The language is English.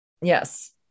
Yes